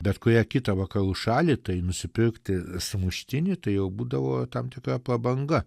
bet kurią kitą vakarų šalį tai nusipirkti sumuštinį tai jau būdavo tam tikra prabanga